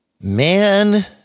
Man